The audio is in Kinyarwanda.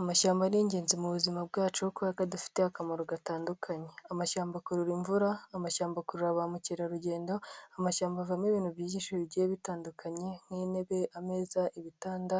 Amashyamba ni ingenzi mu buzima bwacu kubera ko adufite akamaro gatandukanye. Amashyamba akurura imvura, amashyamba akurura ba mukerarugendo, amashyamba avamo ibintu byishi bigiye bitandukanye: nk'intebe, ameza, ibitanda,